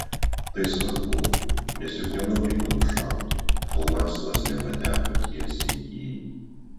tai svarbu nes juk nenori jo nušauti kol masalas nepateko tiesiai į